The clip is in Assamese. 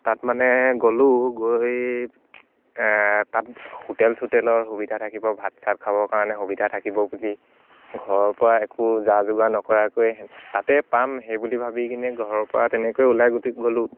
তাত মানে গ'লোঁ গৈ তাত হোটেল চোটেলৰ সুবিধা থাকিব ভাত চাহ খাবৰ কাৰণে সুবিধা থাকিব বুলি ঘৰৰ পৰা একো যা যোগাৰ নকৰাকৈ তাতে পাম সেই বুলি ভাবি কিনে ঘৰৰ পৰা তেনেকৈ ওলাই গুচি গ'লোঁ